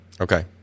Okay